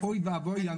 אוי ואבוי,